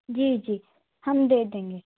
जी जी हम दे देंगे